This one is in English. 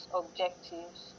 objectives